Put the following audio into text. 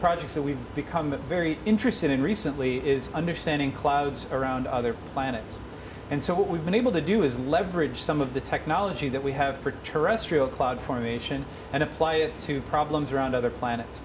projects that we've become very interested in recently is understanding clouds around other planets and so what we've been able to do is leverage some of the technology that we have for to cloud formation and apply it to problems around other planets